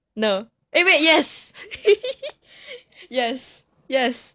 no eh wait yes yes yes